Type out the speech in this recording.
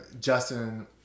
Justin